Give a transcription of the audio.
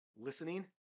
Listening